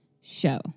show